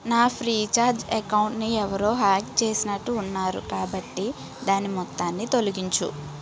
నా ఫ్రీచార్జ్ అకౌంటుని ఎవరో హ్యాక్ చేసినట్టు ఉన్నారు కాబట్టి దాన్ని మొత్తాన్ని తొలగించు